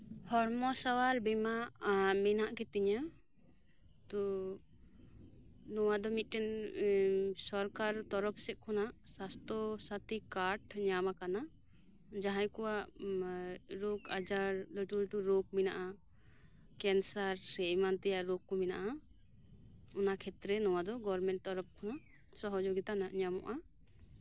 ᱦᱚᱲᱢᱚ ᱥᱟᱶᱟᱨ ᱵᱤᱢᱟ ᱢᱮᱱᱟᱜ ᱜᱤᱛᱤᱧᱟ ᱛᱚ ᱱᱚᱣᱟᱫᱚ ᱢᱤᱫᱴᱮᱱ ᱥᱚᱨᱠᱟᱨ ᱛᱚᱨᱚᱯᱷ ᱥᱮᱫᱠᱷᱚᱱᱟᱜ ᱥᱟᱥᱛᱷᱚ ᱥᱟᱛᱷᱤ ᱠᱟᱰ ᱧᱟᱢ ᱟᱠᱟᱱᱟ ᱡᱟᱦᱟᱸᱭ ᱠᱚᱣᱟᱜ ᱨᱳᱜ ᱟᱡᱟᱨ ᱞᱟᱹᱴᱩ ᱞᱟᱹᱴᱩ ᱨᱳᱜ ᱢᱮᱱᱟᱜ ᱟ ᱠᱮᱱᱥᱟᱨ ᱥᱮ ᱮᱢᱟᱱ ᱛᱮᱭᱟᱜ ᱨᱳᱜᱠᱩ ᱢᱮᱱᱟᱜ ᱟ ᱚᱱᱟ ᱠᱷᱮᱛᱨᱮ ᱱᱚᱣᱟ ᱫᱚ ᱜᱷᱚᱨᱢᱮᱱᱴ ᱛᱚᱨᱚᱯᱷ ᱠᱷᱚᱱᱟᱜ ᱥᱚᱦᱚᱡᱚᱜᱤᱛᱟ ᱧᱟᱢᱚᱜ ᱟ